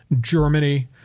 Germany